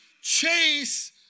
chase